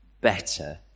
better